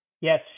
Yes